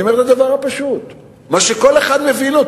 אבל אני אומר את הדבר הפשוט שכל אחד מבין: